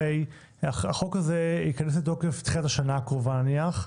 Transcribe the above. החוק הזה ייכנס לתוקף בתחילת השנה הקרובה, נניח,